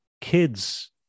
kids